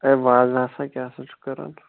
A وازٕ ہَسا کیٛاہ سا چھُکھ کران